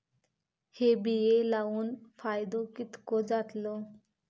हे बिये लाऊन फायदो कितको जातलो?